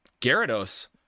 gyarados